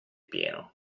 pieno